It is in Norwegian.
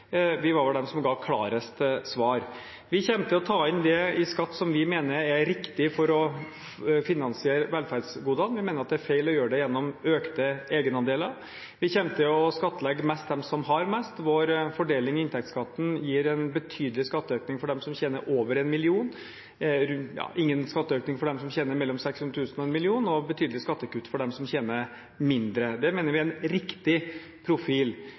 Vi var vel de som ga klarest svar. Vi kommer til å ta inn det i skatt som vi mener er riktig for å finansiere velferdsgodene. Vi mener at det er feil å gjøre det gjennom økte egenandeler. Vi kommer til å skattlegge mest dem som har mest. Vår fordeling i inntektsskatten gir en betydelig skatteøkning for dem som tjener over 1 mill. kr, ingen skatteøkning for dem som tjener 600 000 kr–1 mill. kr, og betydelig skattekutt for dem som tjener mindre. Det mener vi er en riktig profil.